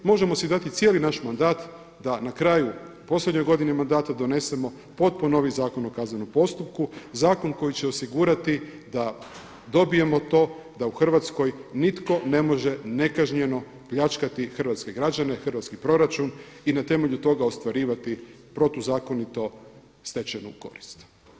Možemo si dati cijeli naš mandat da na kraju, u posljednjoj godini mandata donesemo potpuno novi Zakon o kaznenom postupku, zakon koji će osigurati da dobijemo to da u Hrvatskoj nitko ne može nekažnjeno pljačkati hrvatske građane, hrvatski proračun i na temelju toga ostvarivati protuzakonito stečenu korist.